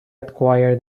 acquired